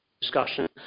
discussion